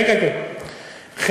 כן כן, שכחתי.